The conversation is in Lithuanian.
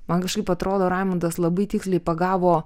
man kažkaip atrodo raimundas labai tiksliai pagavo